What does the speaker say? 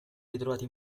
ritrovati